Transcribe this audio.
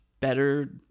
better